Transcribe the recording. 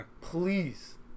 Please